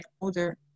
older